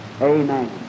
amen